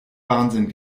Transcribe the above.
wahnsinn